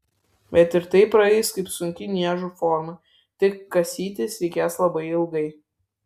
bet ir tai praeis kaip sunki niežų forma tik kasytis reikės labai ilgai